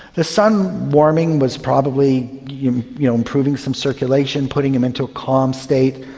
the sun warming was probably you know improving some circulation, putting him into a calm state,